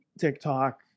TikTok